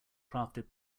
crafted